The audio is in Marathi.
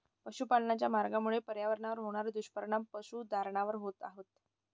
पशुपालनाच्या मार्गामुळे पर्यावरणावर होणारे दुष्परिणाम पशुधनावर होत आहेत